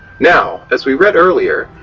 now as we read earlier,